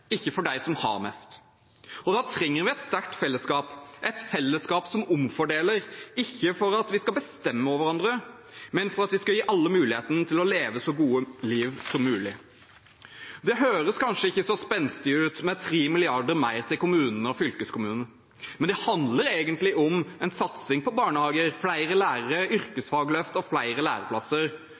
ikke for dem som har mest. Da trenger vi et sterkt fellesskap, et fellesskap som omfordeler – ikke for at vi skal bestemme over hverandre, men for at vi skal gi alle muligheten til å leve så godt liv som mulig. Det høres kanskje ikke så spenstig ut med 3 mrd. kr mer til kommunene og fylkeskommunene, men det handler egentlig om en satsing på barnehager, flere lærere, yrkesfagløft og flere læreplasser,